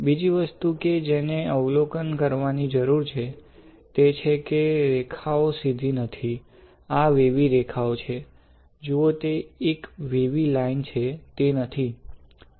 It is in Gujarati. બીજી વસ્તુ કે જેને અવલોકન કરવાની જરૂર છે તે છે કે રેખાઓ સીધી નથી આ વેવી રેખાઓ છે જુઓ તે એક વેવી લાઇન છે તે નથી